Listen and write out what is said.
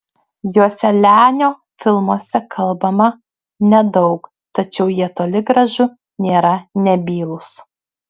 joselianio filmuose kalbama nedaug tačiau jie toli gražu nėra nebylūs